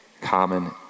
common